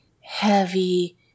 heavy